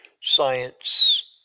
science